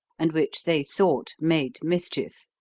and which they thought made mischief.